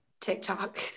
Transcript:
TikTok